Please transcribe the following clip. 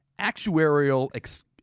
actuarial